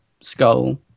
skull